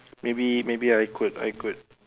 maybe maybe I could I could